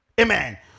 Amen